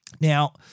Now